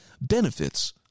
benefits